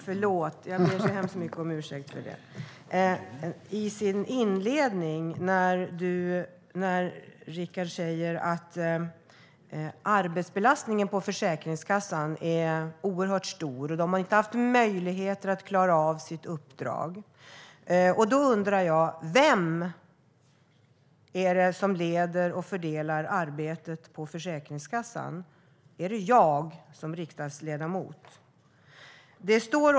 Herr talman! Det är intressant att lyssna på Rickard Persson. I sin inledning sa Rickard att arbetsbelastningen på Försäkringskassan är oerhört stor, så man har inte haft möjlighet att klara av sitt uppdrag. Då undrar jag: Vem är det som leder och fördelar arbetet på Försäkringskassan? Är det jag som riksdagsledamot?